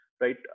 right